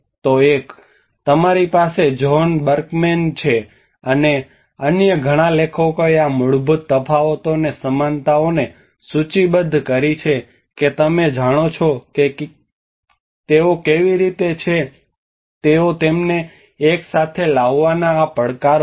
તો એક તમારી પાસે જ્હોન બર્કમેન છે અને અન્ય ઘણા લેખકોએ આ મૂળભૂત તફાવતો અને સમાનતાઓને સૂચિબદ્ધ કરી છે કે તમે જાણો છો કે તેઓ કેવી રીતે છે તેઓ તેમને એકસાથે લાવવાના આ પડકારો છે